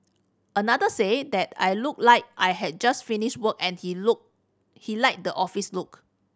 another said that I looked like I had just finished work and he look he liked the office look